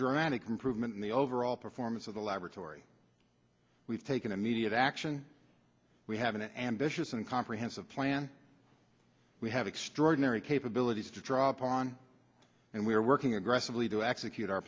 dramatic improvement in the overall performance of the laboratory we've taken immediate action we have an ambitious and comprehensive plan we have extraordinary capabilities to draw upon and we are working aggressively to execute our